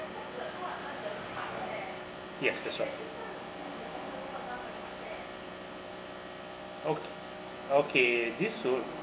yes that's right oh okay these would uh